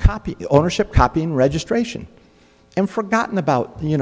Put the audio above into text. copy ownership copying registration and forgotten about